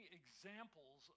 examples